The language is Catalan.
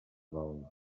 val